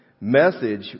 message